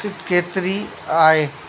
क केतिरी आहे